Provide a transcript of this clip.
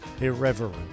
Irreverent